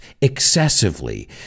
excessively